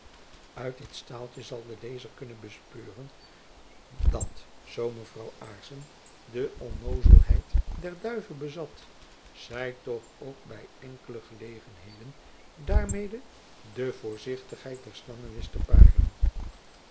uit dit staaltjen zal de lezer kunnen bespeuren dat zoo mevrouw aarssen de onnoozelheid der duive bezat zy toch ook by enkele gelegenheden daarmede de voorzichtigheid der slange wist te paren